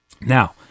Now